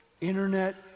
internet